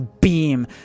beam